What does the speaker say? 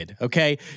Okay